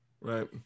Right